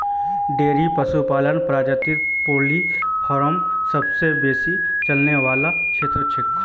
dairy पशुपालन प्रजातित poultry farm सबसे बेसी चलने वाला क्षेत्र छिके